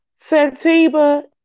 Santiba